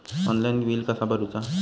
Online bill कसा करुचा?